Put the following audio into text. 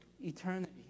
eternity